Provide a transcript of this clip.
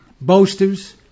boasters